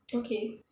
okay